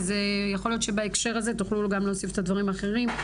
יכול להיות שבהקשר הזה תוכלו גם להוסיף את הדברים האחרים.